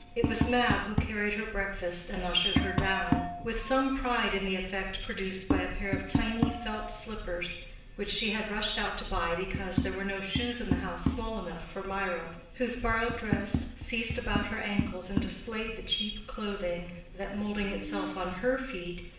it was mab who carried her breakfast and ushered her down with some pride in the effect produced by a pair of tiny felt slippers which she had rushed out to buy because there were no shoes in the house small enough for mirah, whose borrowed dress ceased about her ankles and displayed the cheap clothing that, moulding itself on her feet,